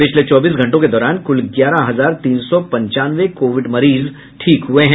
पिछले चौबीस घंटों के दौरान कुल ग्यारह हजार तीन सौ पंचानवे कोविड मरीज ठीक हुए हैं